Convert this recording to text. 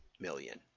million